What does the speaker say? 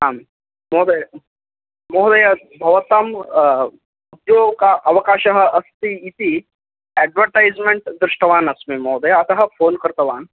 आम् महोदय महोदय भवतां उद्योग अवकाशः अस्ति इति अड्वटैस्मेण्ट् दृष्टवानस्मि महोदय अतः फोन् कृतवान्